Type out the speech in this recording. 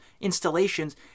installations